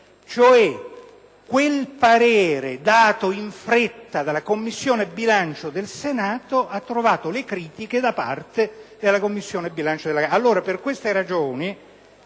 quel parere emanato in fretta dalla Commissione bilancio del Senato ha trovato le critiche da parte della Commissione bilancio della Camera.